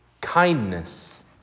kindness